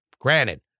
Granted